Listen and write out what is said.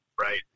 Right